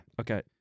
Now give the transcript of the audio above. Okay